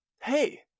Hey